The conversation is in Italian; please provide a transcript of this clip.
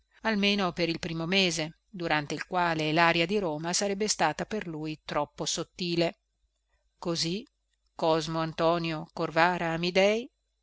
almeno per il primo mese durante il quale laria di roma sarebbe stata per lui troppo sottile così cosmo antonio corvara amidei